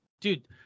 Dude